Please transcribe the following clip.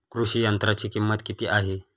कृषी यंत्राची किंमत किती आहे?